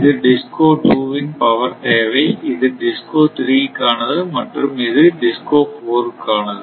இது DISCO 2 இன் power தேவை இது DISCO 3 க்காணது மற்றும் இது DISCO 4 க்கானது